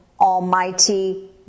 almighty